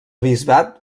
bisbat